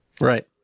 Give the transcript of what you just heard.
Right